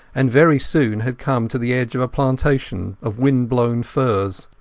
and very soon had come to the edge of a plantation of wind-blown firs.